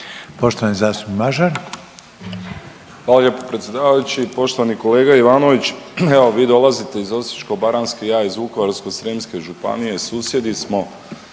Nikola (HDZ)** Hvala lijepo predsjedavajući. Poštovani kolega Ivanović, evo vi dolazite iz Osječko-baranjske, ja iz Vukovarsko-srijemske županije, susjedi smo.